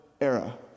era